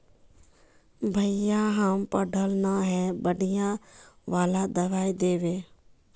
भैया हम पढ़ल न है बढ़िया वाला दबाइ देबे?